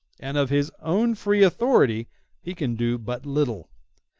and of his own free authority he can do but little.